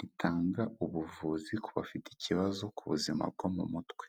ritanga ubuvuzi ku bafite ikibazo ku buzima bwo mu mutwe.